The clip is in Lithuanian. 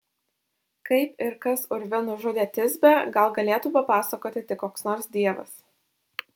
kaip ir kas urve nužudė tisbę gal galėtų papasakoti tik koks nors dievas